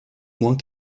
moins